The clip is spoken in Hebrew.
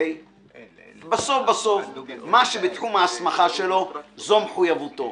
מה שבתחום ההסמכה שלו, זו מחויבותו.